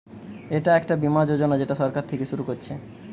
এটা একটা বীমা যোজনা যেটা সরকার থিকে শুরু করছে